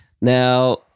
Now